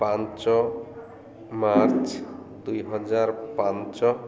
ପାଞ୍ଚ ମାର୍ଚ୍ଚ ଦୁଇହଜାର ପାଞ୍ଚ